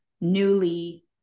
newly